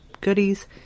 goodies